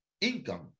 income